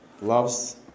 loves